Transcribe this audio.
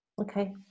Okay